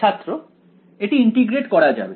ছাত্র এটি ইন্টিগ্রেট করা যাবে